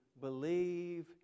believe